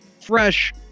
fresh